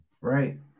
right